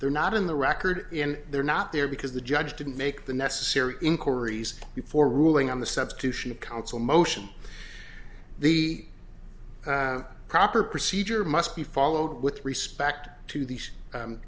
they're not in the record and they're not there because the judge didn't make the necessary inquiries before ruling on the substitution of counsel motion the proper procedure must be followed with respect to the